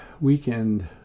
weekend